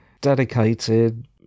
dedicated